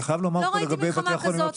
לא ראיתי מלחמה כזאת,